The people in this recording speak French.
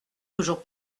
toujours